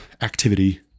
activity